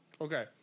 Okay